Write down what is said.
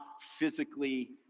physically